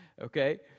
okay